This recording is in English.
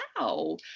Wow